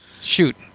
shoot